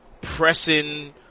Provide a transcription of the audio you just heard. pressing